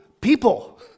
people